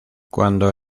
cuando